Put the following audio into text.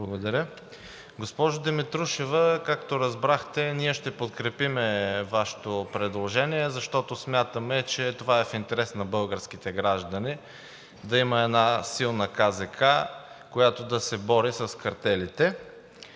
Благодаря. Госпожо Димитрушева, както разбрахте, ние ще подкрепим Вашето предложение, защото смятаме, че това е в интерес на българските граждани, да има една силна КЗК, която да се бори с картелите.